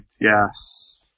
yes